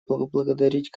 поблагодарить